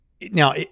now